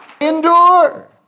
Endure